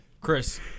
Chris